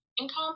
income